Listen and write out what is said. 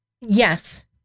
Yes